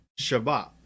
Shabbat